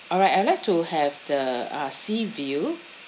alright I'd like to have the uh sea view